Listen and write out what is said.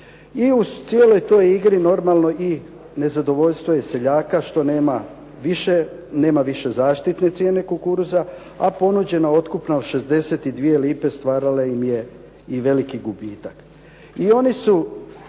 I u cijeloj toj igri, normalno i nezadovoljstvo je seljaka što nema više zaštitne cijene kukuruza, a ponuđeno otkupno 62 lipe stvarala im je i veliki gubitak.